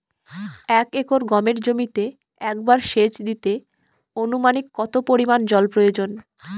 এক একর গমের জমিতে একবার শেচ দিতে অনুমানিক কত পরিমান জল প্রয়োজন?